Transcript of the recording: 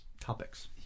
topics